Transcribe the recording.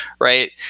right